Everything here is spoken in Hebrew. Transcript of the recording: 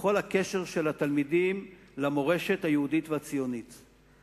בכל הקשר של התלמידים למורשת היהודית והציונית,